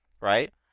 Right